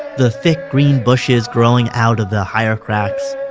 the thick green bushes growing out of the higher cracks.